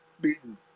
beaten